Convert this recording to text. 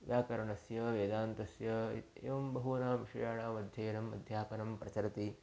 व्याकरणस्य वेदान्तस्य एवं बहूनां विषयाणाम् अध्ययनम् अध्यापनं प्रचलति